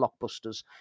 blockbusters